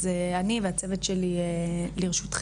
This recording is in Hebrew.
אז אני והצוות שלי לרשותכם.